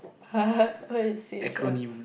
what is C_H_L